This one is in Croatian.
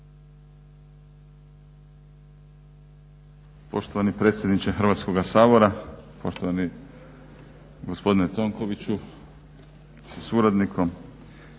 Poštovani predsjedniče Hrvatskoga sabora, poštovani gospodine Tonkoviću sa suradnikom,